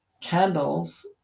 candles